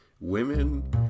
women